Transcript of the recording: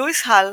לואיס האל,